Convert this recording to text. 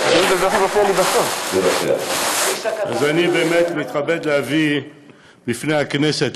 אז אני באמת מתכבד להביא לפני הכנסת,